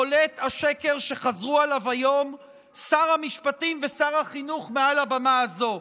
בולט השקר שחזרו עליו היום שר המשפטים ושר החינוך מעל הבמה הזו,